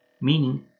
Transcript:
Meaning